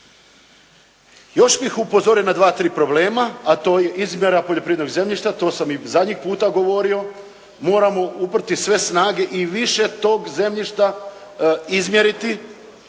Još bih upozorio na 2-3 problema, a to je izbor poljoprivrednog zemljišta. To sam i zadnji puta govorio. Moramo uprti sve snage i više tog zemljišta izmjeriti,